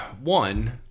one